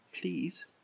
please